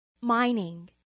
Mining